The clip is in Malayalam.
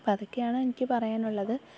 അപ്പം അതൊക്കെയാണ് എനിക്ക് പറയാനുള്ളത്